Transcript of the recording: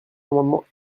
amendements